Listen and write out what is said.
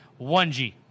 1G